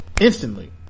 instantly